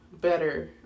better